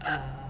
uh